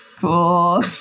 Cool